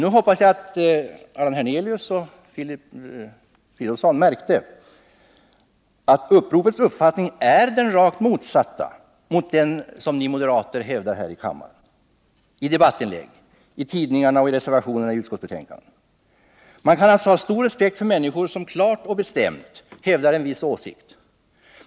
Jag hoppas att Allan Hernelius och Filip Fridolfsson lagt märke till att den uppfattning som man ger uttryck för i uppropet är rakt motsatt den som ni moderater hävdar här i kammaren i debattinlägg, i reservationer, i utskottsbetänkanden och i tidningar. Man kan alltså hysa stor respekt för människor som klart och bestämt hävdar en viss åsikt.